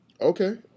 Okay